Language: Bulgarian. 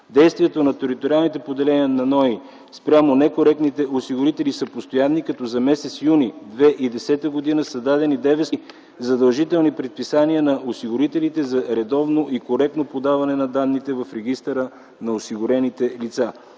Действията на териториалните поделения на НОИ спрямо некоректните осигурители са постоянни, като за месец юни 2010 г. са дадени 930 задължителни предписания на осигурителите за редовно и коректно подаване на данните в регистъра на осигурените лица.